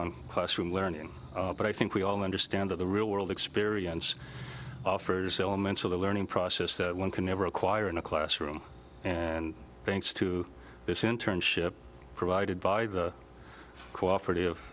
on classroom learning but i think we all understand that the real world experience offers elements of the learning process one can never acquire in a classroom and thanks to this in turn ship provided by the cooperative